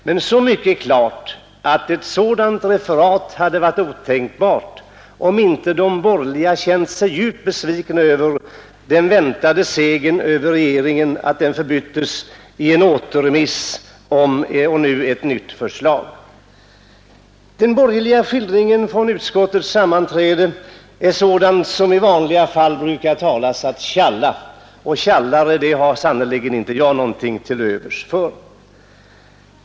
Men så mycket är klart att ett sådant referat hade varit otänkbart om inte de borgerliga känt sig djupt besvikna över att den väntade segern över regeringen förbyttes i en återremiss och nu i ett nytt förslag. Den borgerliga skildringen från utskottets sammanträden är sådan som i vanliga fall brukar benämnas att ”tjalla”. Tjallare har sannerligen inte jag någonting till övers för.